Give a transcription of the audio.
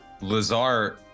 Lazar